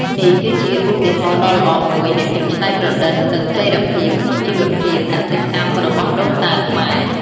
នេះគឺជាឧទាហរណ៍ដ៏ល្អមួយនៃភាពច្នៃប្រឌិត និងចីរភាពក្នុងជីវភាពកសិកម្មរបស់ដូនតាខ្មែរ។